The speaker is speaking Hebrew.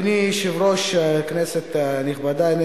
ונמנעים, אין.